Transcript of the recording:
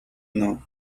now